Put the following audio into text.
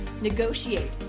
negotiate